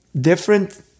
different